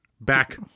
back